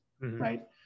right